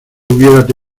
hubiérate